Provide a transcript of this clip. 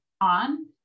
on